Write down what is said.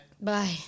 Bye